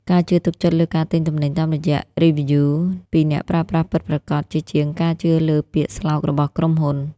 ការជឿទុកចិត្តលើការទិញទំនិញតាមរយៈ " (Reviews)" ពីអ្នកប្រើប្រាស់ពិតប្រាកដ ជាជាងការជឿលើពាក្យស្លោករបស់ក្រុមហ៊ុន។